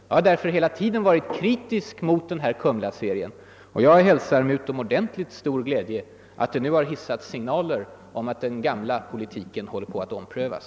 Jag har därför hela tiden varit kritisk mot Kumlaserien och hälsar med stor glädje att det nu hissats signaler om att den gamla politiken håller på att omprövas.